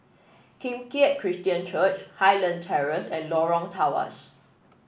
Kim Keat Christian Church Highland Terrace and Lorong Tawas